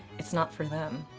it's not for them,